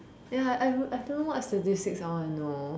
ya I would I don't know what statistics I want to know